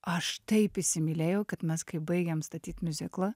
aš taip įsimylėjau kad mes kai baigėm statyt miuziklą